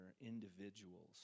individuals